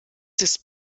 des